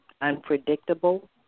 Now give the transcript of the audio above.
unpredictable